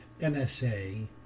NSA